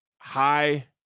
high –